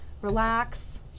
relax